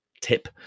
tip